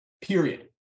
Period